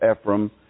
Ephraim